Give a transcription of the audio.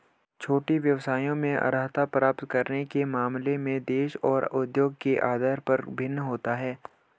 छोटे व्यवसायों में अर्हता प्राप्त करने के मामले में देश और उद्योग के आधार पर भिन्न होता है